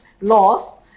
laws